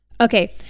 okay